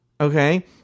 okay